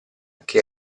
che